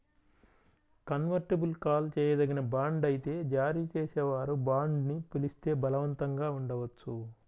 convertible call చేయదగిన bond అయితే జారీ చేసేవారు బాండ్ని పిలిస్తే బలవంతంగా ఉండవచ్చు